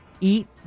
eat